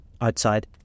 Outside